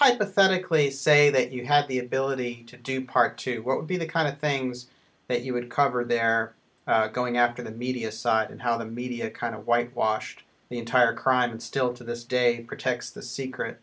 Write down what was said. hypothetically say that you had the ability to do part two what would be the kind of things that you would cover their going after the media side and how the media kind of whitewashed the entire crime and still to this day protect the secret